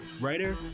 writer